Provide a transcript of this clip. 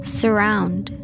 surround